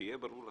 שיהיה ברור לכם,